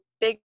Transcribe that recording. big